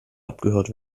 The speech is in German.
abgehört